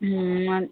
म